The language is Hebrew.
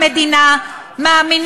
א-רחים.